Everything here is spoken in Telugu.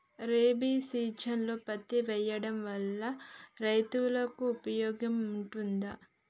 రబీ సీజన్లో పత్తి వేయడం వల్ల రైతులకు ఉపయోగం ఉంటదా?